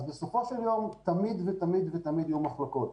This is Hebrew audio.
בסופו של יום תמיד יהיו מחלוקות.